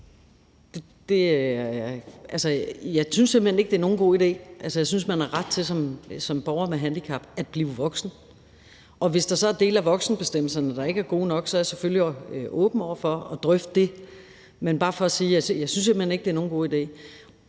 Jeg synes simpelt hen ikke, det er nogen god idé. Jeg synes, at man som borger med handicap har ret til at blive voksen. Og hvis der så er dele af voksenbestemmelserne, der ikke er gode nok, er jeg selvfølgelig åben over for at drøfte det. Men det er bare for at sige, at jeg simpelt hen ikke synes, det er nogen god idé.